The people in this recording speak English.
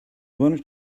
wanted